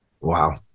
Wow